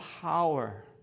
power